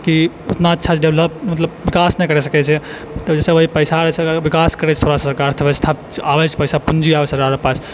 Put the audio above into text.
की ओतना अच्छा सऽ डेवलप मतलब विकास नहि करऽ सकै छै तब ओ सब पैसा जे छै विकास करै छै सरकार व्यवस्था आबै छै पैसा पंजी संधारण करै छै सरकार के पास